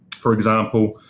for example,